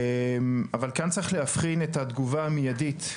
אבל כאן יש להבחין את התגובה המיידית,